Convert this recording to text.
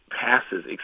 passes